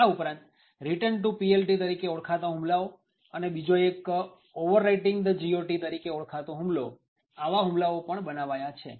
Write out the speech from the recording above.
આ ઉપરાંત return to PLT તરીકે ઓળખાતા હુમલાઓ અને બીજો એક ઓવરરાયટીંગ ધી GOT તરીકે ઓળખાતો હુમલો આવા હુમલાઓ પણ બનાવાયા છે